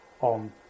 on